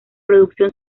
producción